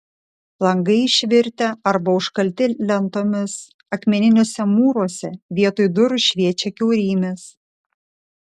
langai išvirtę arba užkalti lentomis akmeniniuose mūruose vietoj durų šviečia kiaurymės